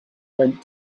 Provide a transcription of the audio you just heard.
went